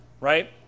right